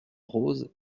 rose